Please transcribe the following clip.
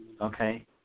Okay